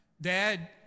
Dad